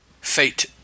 Fate